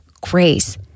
grace